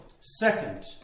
Second